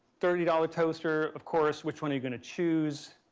thirty dollar toaster of course which one are you going to choose?